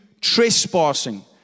trespassing